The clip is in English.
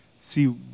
See